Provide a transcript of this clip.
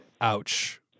Ouch